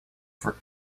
for